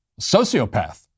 sociopath